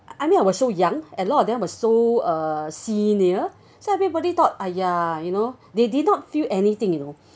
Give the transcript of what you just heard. I mean I was so young a lot of them were so uh senior so everybody thought !aiya! you know they did not feel anything you know